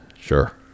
Sure